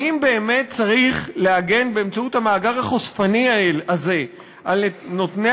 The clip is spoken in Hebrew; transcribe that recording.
האם באמת צריך להגן באמצעות המאגר החושפני הזה על נותני